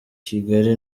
kigali